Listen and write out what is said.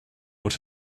what